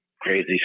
crazy